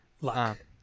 Luck